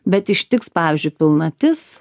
bet ištiks pavyzdžiui pilnatis